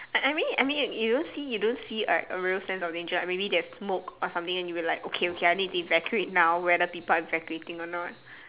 I I mean I mean you don't see you don't see like a real sense of danger like maybe there's smoke or something then you'll be like okay okay I need to evacuate now whether people are evacuating or not